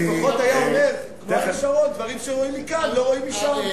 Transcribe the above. לפחות היה אומר כמו שרון: דברים שרואים מכאן לא רואים משם.